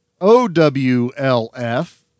O-W-L-F